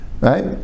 Right